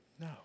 no